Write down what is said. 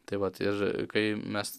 tai vat ir kai mes